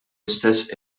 istess